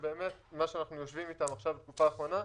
מה שאנחנו יושבים איתם עכשיו בתקופה האחרונה,